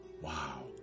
wow